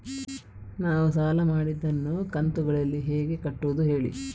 ನಾವು ಸಾಲ ಮಾಡಿದನ್ನು ಕಂತುಗಳಲ್ಲಿ ಹೇಗೆ ಕಟ್ಟುದು ಹೇಳಿ